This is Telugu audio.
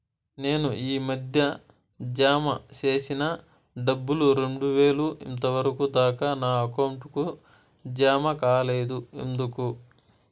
నేను ఈ మధ్య జామ సేసిన డబ్బులు రెండు వేలు ఇంతవరకు దాకా నా అకౌంట్ కు జామ కాలేదు ఎందుకు?